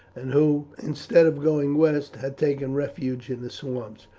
and who, instead of going west, had taken refuge in the swamps,